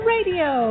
Radio